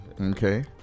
Okay